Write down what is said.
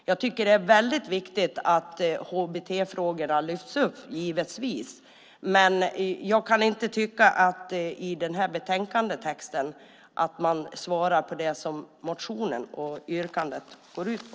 Jag tycker givetvis att det är viktigt att HBT-frågorna lyfts upp, men jag kan inte tycka att man i betänkandetexten svarar på det som motionen och yrkandet går ut på.